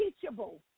teachable